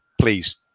please